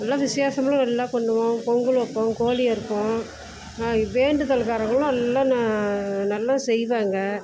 நல்ல விசேஷமெல்லாம் நல்லா பண்ணுவோம் பொங்கல் வைப்போம் கோழி அறுப்போம் வேண்டுதல்காரவங்களும் எல்லாம் நல்லா செய்வாங்க